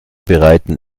bereiten